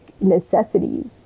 necessities